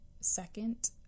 second